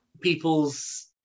people's